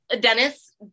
Dennis